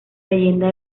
leyenda